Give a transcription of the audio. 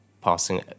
passing